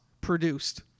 produced